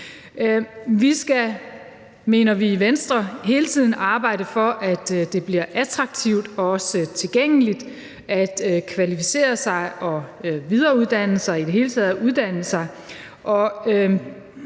Vi skal, mener vi i Venstre, hele tiden arbejde for, at det bliver attraktivt og også tilgængeligt at kvalificere sig og videreuddanne sig og i det hele taget uddanne sig,